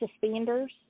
suspenders